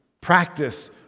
practice